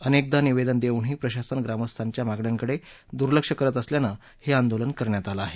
अनेकदा निवेदन देऊनही प्रशासन ग्रामस्थांच्या मागण्यांकडे दुर्लक्ष करत असल्यानं हे आंदोलन करण्यात आलं आहे